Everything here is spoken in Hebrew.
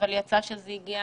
אבל יצא שזה הגיע